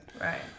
Right